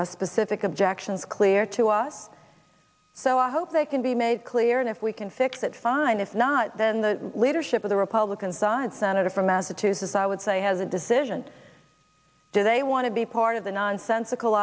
his specific objections clear to us so i hope they can be made clear and if we can fix that fine if not then the leadership of the republican side senator from massachusetts i would say has a decision do they want to be part of the nonsensical